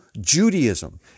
Judaism